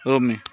Rome